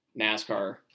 NASCAR